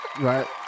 right